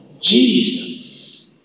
Jesus